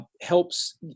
helps